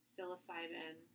psilocybin